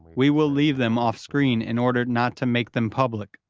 we will leave them off-screen in order not to make them public.